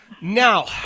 Now